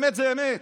אמת זאת אמת,